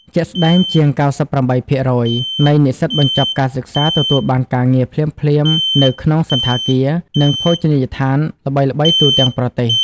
ជាក់ស្ដែង ជាង ៩៨% នៃនិស្សិតបញ្ចប់ការសិក្សាទទួលបានការងារភ្លាមៗនៅក្នុងសណ្ឋាគារ និងភោជនីយដ្ឋានល្បីៗទូទាំងប្រទេស។